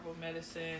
medicine